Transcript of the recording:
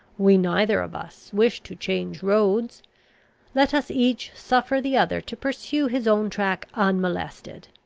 we neither of us wish to change roads let us each suffer the other to pursue his own track unmolested.